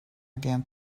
again